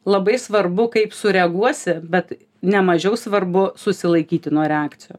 labai svarbu kaip sureaguosi bet nemažiau svarbu susilaikyti nuo reakcijų